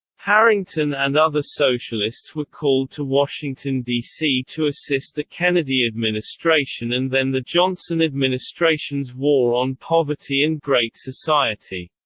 harrington and other socialists were called to washington, d c. to assist the kennedy administration and then the johnson administration's war on poverty and great society.